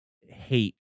hate